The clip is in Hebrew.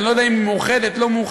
אני לא יודע אם היא מאוחדת או לא מאוחדת,